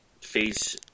Phase